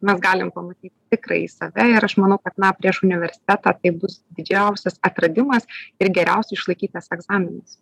mes galim pamatyt tikrąjį save ir aš manau kad na prieš universitetą tai bus didžiausias atradimas ir geriausiai išlaikytas egzaminas